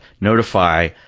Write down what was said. notify